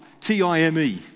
T-I-M-E